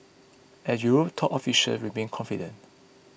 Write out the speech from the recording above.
and Europe's top officials remain confident